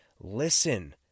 listen